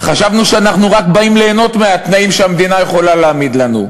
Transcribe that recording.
חשבנו שאנחנו רק באים ליהנות מהתנאים שהמדינה יכולה להעמיד לנו.